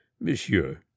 Monsieur